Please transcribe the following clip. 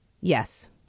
Yes